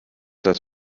das